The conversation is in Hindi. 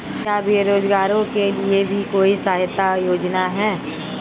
क्या बेरोजगारों के लिए भी कोई सहायता योजना है?